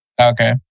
Okay